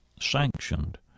sanctioned